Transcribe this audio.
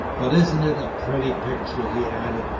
but isn't it a pretty picture he added,